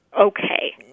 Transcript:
okay